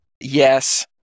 Yes